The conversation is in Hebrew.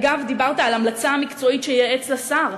אגב, דיברת על המלצה מקצועית שייעץ לשר.